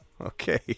okay